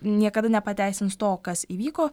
niekada nepateisins to kas įvyko